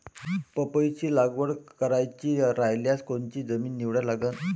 पपईची लागवड करायची रायल्यास कोनची जमीन निवडा लागन?